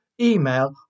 Email